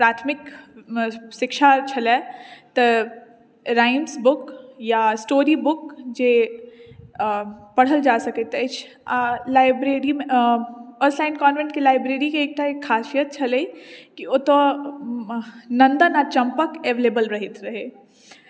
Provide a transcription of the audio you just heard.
प्राथमिक शिक्षा छलए तऽ राइम्स बुक या स्टोरी बुक जे पढ़ल जा सकैत अछि आ लाइब्रेरीमे उर्सुलाइन कॉन्वेन्टके लाइब्रेरीके एकटा एक खासियत छलै कि ओतय नन्दन आ चम्पक एवेलेबल रहैत रहै